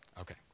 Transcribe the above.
Okay